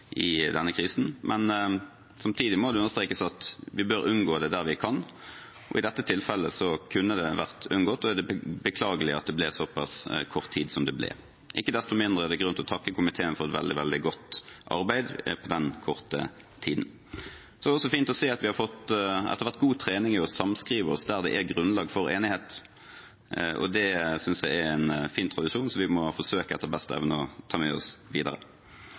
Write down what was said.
denne krisen, men samtidig må det understrekes at vi bør unngå det der vi kan. I dette tilfellet kunne det vært unngått, og det er beklagelig at det ble så pass kort tid som det ble. Ikke desto mindre er det grunn til å takke komiteen for et veldig godt arbeid på den korte tiden. Så er det også fint å se at vi etter hvert har fått god trening i å samskrive oss der det er grunnlag for enighet. Det synes jeg er en fin tradisjon som vi må forsøke etter beste evne å ta med oss videre.